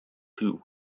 two